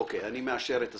אני מאשר את הסעיף.